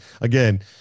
again